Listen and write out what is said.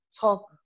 talk